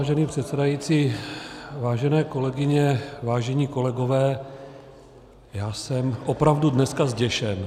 Vážený pane předsedající, vážené kolegyně, vážení kolegové, já jsem opravdu dneska zděšen.